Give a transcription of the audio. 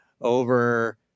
over